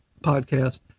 podcast